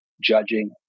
judging